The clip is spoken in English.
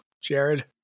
Jared